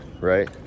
right